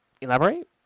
Elaborate